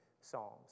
psalms